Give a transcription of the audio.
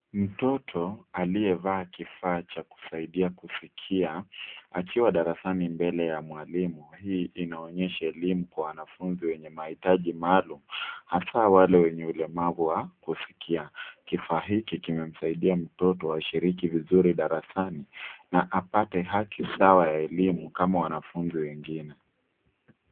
Mtoto aliyevaa kifaa cha kusaidia kusikia akiwa darasani mbele ya mwalimu . Hii inaonyesha elimu kwa wanafunzi wenye mahitaji maalum, hasa wale wenye ulemavu wa kusikia. Kifaa hiki kimemsaidia mtoto ashiriki vizuri darasani na apate haki sawa ya elimu kama wanafunzi wengine.